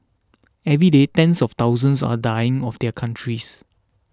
every day tens of thousands are dying of their countries